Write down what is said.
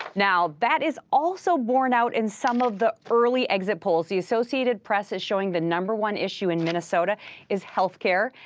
now, that is also borne out in some of the early exit polls. the associated press is showing the number one issue in minnesota is health care.